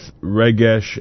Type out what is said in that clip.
Regesh